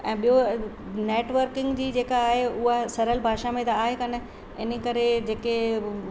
ऐं ॿियों नैटवर्किंग जी जेका आहे उहा सरल भाषा में त आहे कोन इन करे जेके